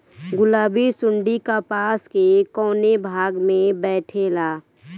गुलाबी सुंडी कपास के कौने भाग में बैठे ला?